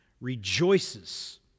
rejoices